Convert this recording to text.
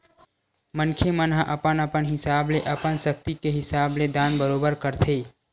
मनखे मन ह अपन अपन हिसाब ले अपन सक्ति के हिसाब ले दान बरोबर करथे